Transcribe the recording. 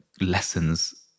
lessons